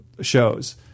shows